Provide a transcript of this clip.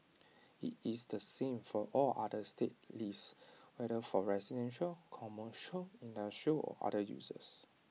IT is the same for all other state leases whether for residential commercial industrial or other uses